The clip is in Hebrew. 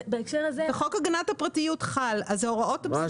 חוק הגנת הפרטיות חל ולכן ההוראות ממילא קיימות.